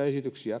esityksiä